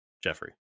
Jeffrey